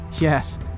Yes